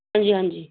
ਹਾਂਜੀ ਹਾਂਜੀ